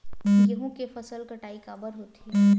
गेहूं के फसल कटाई काबर होथे?